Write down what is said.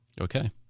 Okay